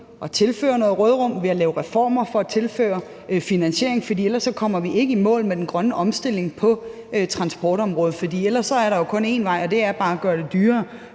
at tilføre noget råderum ved at lave reformer for at tilføre finansiering, for ellers kommer vi ikke i mål med den grønne omstilling på transportområdet. Ellers er der kun én vej, og det er bare at gøre det dyrere